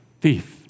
thief